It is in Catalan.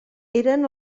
eren